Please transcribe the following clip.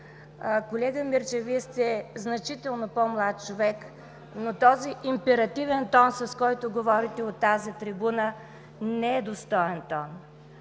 Колега Мирчев, Вие сте значително по-млад човек, но този императивен тон, с който говорите от трибуната, не е достоен тон.